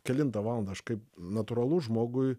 kelintą valandą aš kaip natūralus žmogui